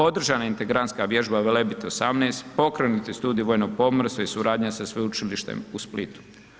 Održana intergranska vježba Velebit 18, pokrenut je studij vojno pomorstvo i suradnja sa Sveučilištem u Splitu.